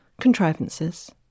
contrivances